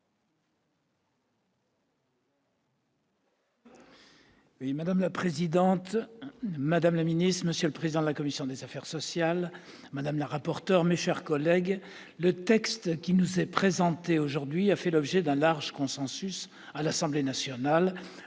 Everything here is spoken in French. Madame la présidente, madame la secrétaire d'État, monsieur le président de la commission, madame la rapporteur, mes chers collègues, le texte qui nous est présenté aujourd'hui a fait l'objet d'un large consensus à l'Assemblée nationale.